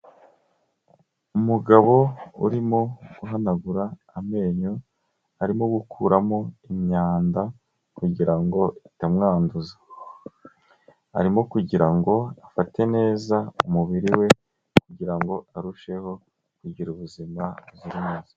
Umugabo urimo guhanagura amenyo, arimo gukuramo imyanda kugira ngo itamwanduza, arimo kugira ngo afate neza umubiri we kugira ngo arusheho kugira ubuzima buzira umuze.